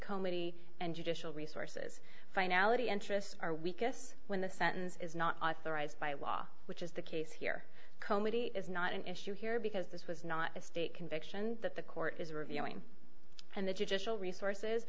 judicial resources finality interests are weakest when the sentence is not authorized by law which is the case here comity is not an issue here because this was not a state conviction that the court is reviewing and the judicial resources